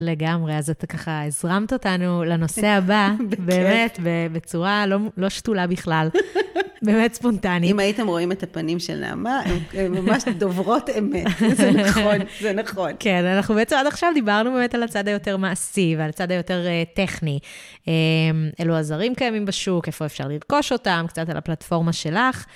לגמרי, אז את ככה הזרמת אותנו לנושא הבא, באמת, בצורה לא שתולה בכלל, באמת ספונטנית. אם הייתם רואים את הפנים שלה, מה, הן ממש דוברות אמת, זה נכון, זה נכון. כן, אנחנו בעצם עד עכשיו דיברנו באמת על הצד היותר מעשי, ועל הצד היותר טכני. אלו עזרים קיימים בשוק, איפה אפשר לרכוש אותם, קצת על הפלטפורמה שלך.